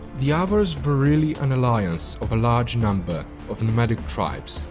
the avars were really an alliance of a large number of nomadic tribes.